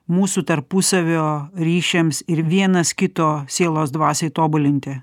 mūsų tarpusavio ryšiams ir vienas kito sielos dvasiai tobulinti